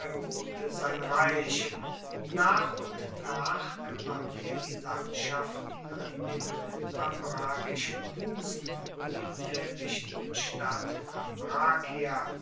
sein reich nach und nach gewann er die landschaften an dem ambrakischen busen mit der wichtigen stadt